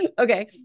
Okay